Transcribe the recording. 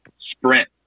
sprint